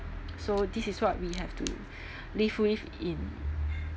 so this is what we have to live with in